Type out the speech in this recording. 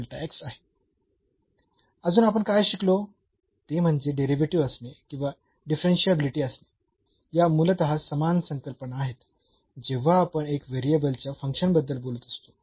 अजून काय आपण शिकलो ते म्हणजे डेरिव्हेटिव्ह असणे किंवा डिफरन्शियाबिलिटी असणे या मूलतः समान संकल्पना आहेत जेव्हा आपण एका व्हेरिएबल च्या फंक्शन बद्दल बोलत असतो